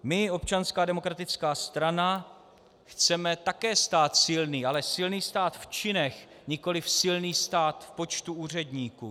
My, Občanská demokratická strana, chceme také stát silný, ale silný stát v činech, nikoli silný stát v počtu úředníků.